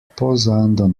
posando